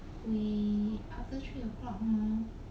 we after three problem